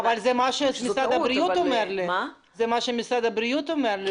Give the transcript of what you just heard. זה מה שמשרד הבריאות אמר לי,